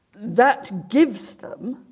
that gives them